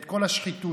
את כל השחיתות.